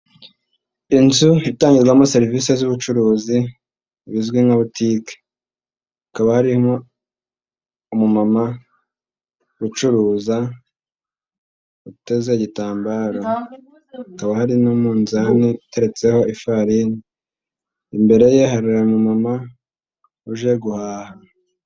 Inzu itangirwamo serivisi z'ubucuruzi bizwi nka butike, hakaba harimo umumama ucuruza uteze igitambaro, hakaba hari n'umuzani uteretseho ifarini, imbere ye hariya umumama uje guhaha.